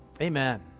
Amen